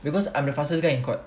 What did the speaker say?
because I'm the fastest guy in court